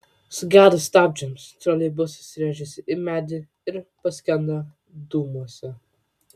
sugedus stabdžiams troleibusas rėžėsi į medį ir paskendo dūmuose